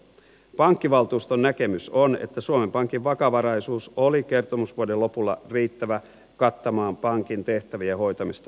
pankkivaltuuston näkemys on että suomen pankin vakavaraisuus oli kertomusvuoden lopulla riittävä kattamaan pankin tehtävien hoitamisesta johtuvat riskit